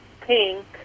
pink